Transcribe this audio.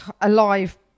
alive